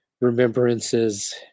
remembrances